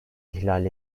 ihlal